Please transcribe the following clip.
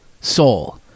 soul